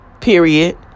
Period